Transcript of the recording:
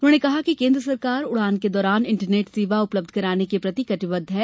उन्होंने कहा कि केंद्र सरकार उड़ान के दौरान इंटरनेट सेवा उपलब्ध कराने के प्रति कटिबद्ध है